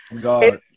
god